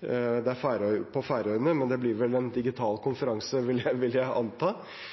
Færøyene – det blir vel en digital konferanse, vil jeg